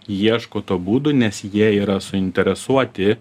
ieško to būdų nes jie yra suinteresuoti